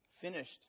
finished